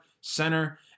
center